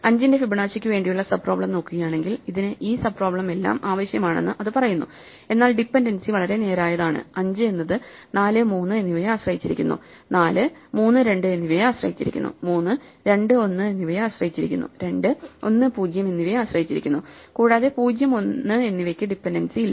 5 ന്റെ ഫിബൊനാച്ചിക്ക് വേണ്ടിയുള്ള സബ് പ്രോബ്ലെം നോക്കുകയാണെങ്കിൽ ഇതിന് ഈ സബ് പ്രോബ്ലെം എല്ലാം ആവശ്യമാണെന്ന് അത് പറയുന്നു എന്നാൽ ഡിപെൻഡൻസി വളരെ നേരായതാണ് 5 എന്നത് 4 3 എന്നിവയെ ആശ്രയിച്ചിരിക്കുന്നു 4 3 2 എന്നിവയെ ആശ്രയിച്ചിരിക്കുന്നു 3 2 1 എന്നിവയെ ആശ്രയിച്ചിരിക്കുന്നു 2 1 0 എന്നിവയെ ആശ്രയിച്ചിരിക്കുന്നു കൂടാതെ 0 1 എന്നിവയ്ക്ക് ഡിപെൻഡൻസി ഇല്ല